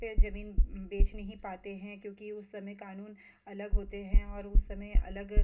पे ज़मीन बेच नहीं पाते हैं क्योंकि उस समय क़ानून अलग होते हैं और उस समय अलग